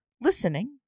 listening